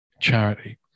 charity